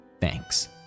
Thanks